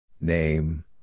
Name